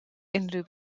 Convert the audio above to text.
unrhyw